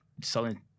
selling